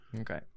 Okay